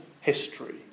history